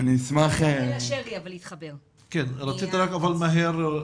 אני אשמח --- כן, רציתָּ, אבל מהר.